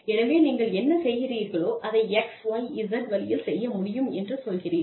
எனவே நீங்கள் என்ன செய்கிறீர்களோ அதை X Y Z வழியில் செய்ய முடியும் என்று சொல்கிறீர்கள்